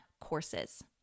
courses